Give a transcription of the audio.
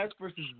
versus